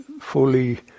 fully